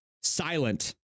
Silent